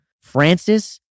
Francis